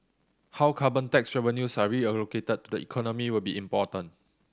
how carbon tax revenues are reallocated to the economy will be important